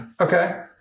Okay